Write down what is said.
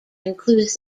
includes